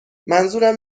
منظورم